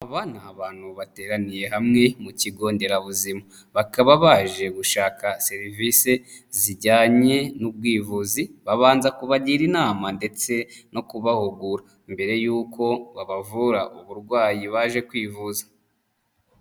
Aba ni abantu bateraniye hamwe mu kigo nderabuzima. Bakaba baje gushaka serivisi zijyanye n'ubwivuzi, babanza kubagira inama ndetse no kubahugura, mbere yuko babavura uburwayi baje kwivuza.